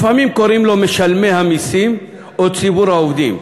לפעמים קוראים לו משלמי המסים, או ציבור העובדים."